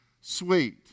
sweet